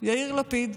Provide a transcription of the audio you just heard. יאיר לפיד,